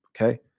Okay